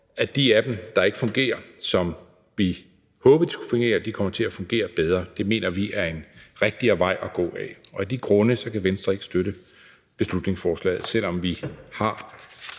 at de af dem, der ikke fungerer, som vi håbede at de skulle fungere, kommer til at fungere bedre. Det mener vi er en rigtigere vej at gå ad. Af de grunde kan Venstre ikke støtte beslutningsforslaget, selv om vi har